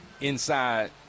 inside